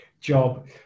job